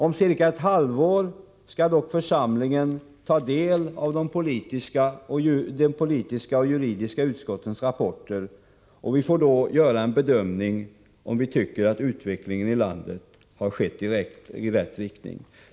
Om ca ett halvår skall dock församlingen ta del av de politiska och juridiska utskottens rapporter. Vi får då göra en bedömning av om utvecklingen i landet har gått i rätt riktning.